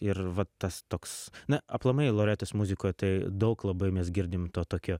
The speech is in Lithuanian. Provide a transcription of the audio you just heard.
ir va tas toks na aplamai loretos muzikoj tai daug labai mes girdim to tokio